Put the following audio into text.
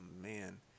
man